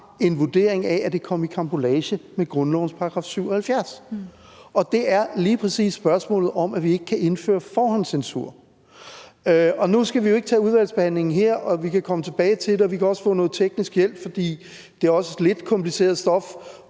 en vurdering af, at det kom i karambolage med grundlovens § 77. Det er lige præcis spørgsmålet om, at vi ikke kan indføre forhåndscensur. Nu skal vi jo ikke tage udvalgsbehandlingen her – vi kan komme tilbage til det, og vi kan også få noget teknisk hjælp, for det er lidt kompliceret stof,